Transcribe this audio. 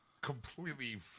completely